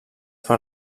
per